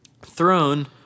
throne